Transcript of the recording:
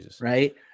Right